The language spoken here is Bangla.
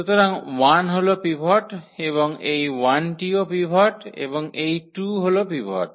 সুতরাং 1 হল পিভট এবং এই 1 টিও পিভট এবং এই 2 হল পিভট